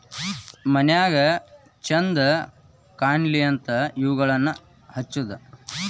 ಮನ್ಯಾಗ ಚಂದ ಕಾನ್ಲಿ ಅಂತಾ ಇವುಗಳನ್ನಾ ಹಚ್ಚುದ